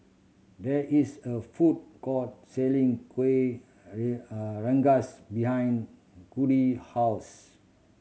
there is a food court selling kuih rengas behind Kody house